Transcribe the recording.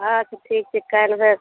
अच्छा ठीक छै काल्हि भए